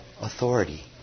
authority